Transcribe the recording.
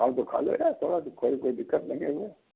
हाँ तो खा लो यार थोड़ा सा कोई कोई दिक़्क़त नहीं है उसमें